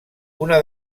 una